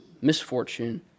misfortune